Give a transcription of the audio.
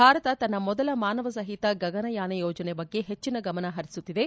ಭಾರತ ತನ್ನ ಮೊದಲ ಮಾನವ ಸಹಿತ ಗಗನಯಾನ ಯೋಜನೆ ಬಗ್ಗೆ ಹೆಚ್ಚನ ಗಮನಹರಿಸುತ್ತಿದೆ